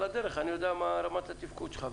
על הדרך אני יודע מה רמת התפקוד שלך.